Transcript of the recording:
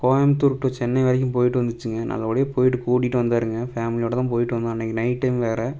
Coimbatore to Chennai வரைக்கும் போயிட்டு வந்துச்சுங்க நல்லபடியாக போயிட்டு கூட்டிட்டு வந்தாருங்க ஃபேமிலியோடு தான் போயிட்டு வந்தோம் அன்றைக்கு நைட் டைம் வேற